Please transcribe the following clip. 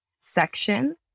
section